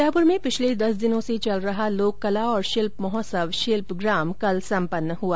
उदयपुर में पिछले दस दिनों से चल रहा लोक कला और शिल्प महोत्सव शिल्पग्राम कल संपन्न हुआ